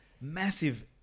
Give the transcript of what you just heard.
massive